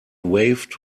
waved